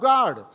God